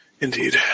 Indeed